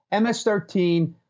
MS-13